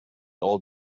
old